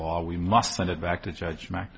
law we must send it back to judge ma